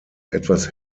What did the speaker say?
etwas